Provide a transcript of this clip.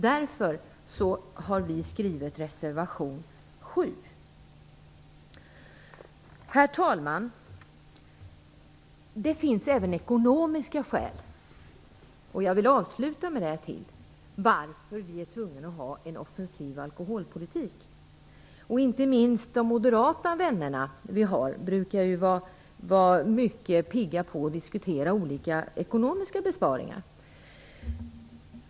Därför har vi skrivit reservation 7. Herr talman! Det finns även ekonomiska skäl till varför vi måste ha en offensiv alkoholpolitik, och jag vill avsluta med dem. Inte minst de moderata vännerna brukar ju vara mycket pigga på att diskutera olika ekonomiska besparingar.